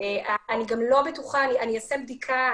אנחנו